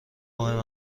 مهم